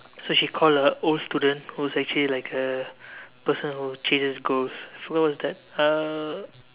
so she called her old student who's actually like a person who chases ghosts forgot what's that uh